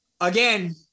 Again